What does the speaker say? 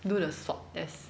do the swab test